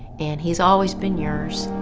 and he's always been yours.